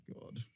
God